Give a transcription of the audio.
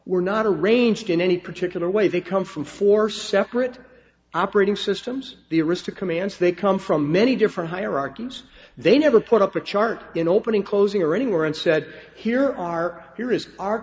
were not a ranged in any particular way they come from four separate operating systems the arista commands they come from many different hierarchies they never put up a chart in opening closing or anywhere and said here are